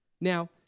Now